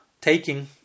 taking